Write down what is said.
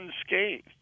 unscathed